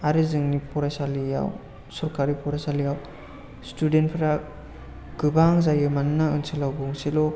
आरो जोंनि फरायसालियाव सरखारि फरायसालियाव स्थुदेन्ट फ्रा गोबां जायो मानोना ओनसोलाव गंसेल'